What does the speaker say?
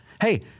Hey